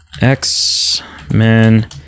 x-men